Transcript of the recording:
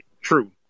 true